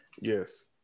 Yes